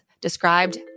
described